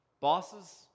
Bosses